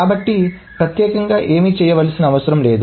కాబట్టి ప్రత్యేకంగా ఏమీ చేయవలసిన అవసరం లేదు